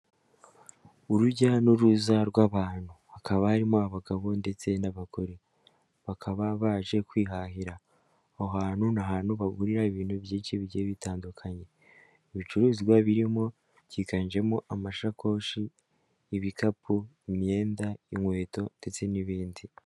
Urujya n'uruza rw'abantu, hakaba harimo abagabo ndetse n'abagore, bakaba baje kwihahira, aho hantu hahurira ibintu byinshi bigiye bitandukanye, ibicuruzwa higanjemo amashakoshi, ibikapu, imyenda, inkweto ndetse n'ibindi.